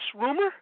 rumor